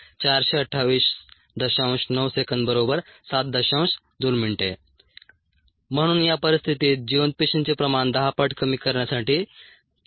2 min म्हणून या परिस्थितीत जिवंत पेशींचे प्रमाण 10 पट कमी करण्यासाठी 7